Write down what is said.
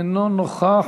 אינו נוכח,